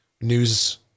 news